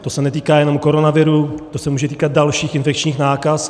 To se netýká jenom koronaviru, to se může týkat dalších infekčních nákaz.